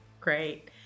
Great